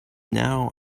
now